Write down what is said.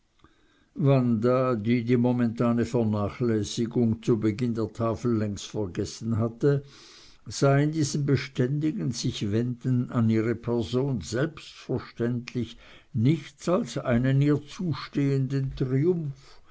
wanda die die momentane vernachlässigung zu beginn der tafel längst vergessen hatte sah in diesem beständigen sichwenden an ihre person selbstverständlich nichts als einen ihr zustehenden triumph